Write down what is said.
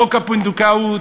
חוק הפונדקאות,